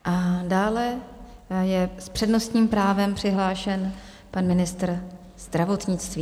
A dále je s přednostním právem přihlášen pan ministr zdravotnictví.